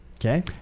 okay